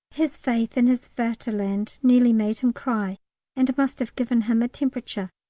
his faith in his vaterland nearly made him cry and must have given him a temperature.